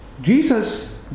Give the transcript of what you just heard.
Jesus